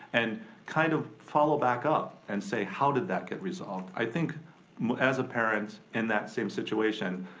and kind of follow back up, and say how did that get resolved. i think as a parent in that same situation,